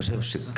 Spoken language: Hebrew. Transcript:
סרטן.